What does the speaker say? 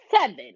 seven